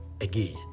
again